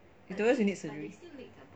uterus you need surgery